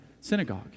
synagogue